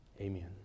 Amen